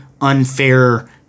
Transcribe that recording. unfair